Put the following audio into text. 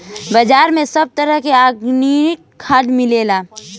बाजार में सब तरह के आर्गेनिक खाद मिलेला